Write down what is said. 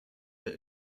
der